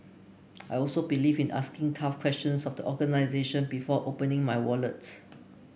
I also believe in asking tough questions of the organisation before opening my wallet